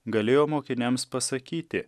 galėjo mokiniams pasakyti